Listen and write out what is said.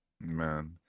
Man